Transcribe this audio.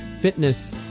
fitness